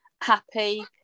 happy